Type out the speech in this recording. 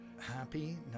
Happy